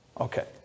okay